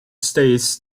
states